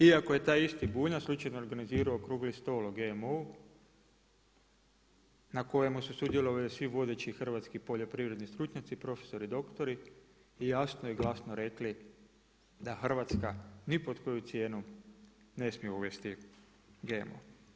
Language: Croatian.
Iako je taj isti Bunjac, slučajno organizirao okrugli stol o GMO, na kojemu su sudjelovali svi vodeći hrvatski poljoprivredni stručnjaci, profesori, doktori i jasno i glasno rekli, da Hrvatska ni pod koju cijenu ne smije uvesti GMO.